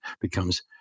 becomes